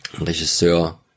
Regisseur